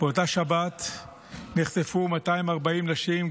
באותה שבת נחטפו 240 נשים,